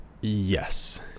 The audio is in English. Yes